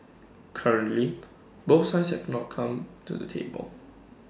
currently both sides have not come to the table